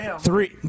Three